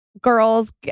girls